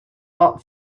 not